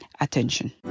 attention